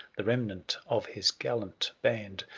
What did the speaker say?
the remnant of his gallant band.